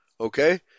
Okay